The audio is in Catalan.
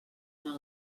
anar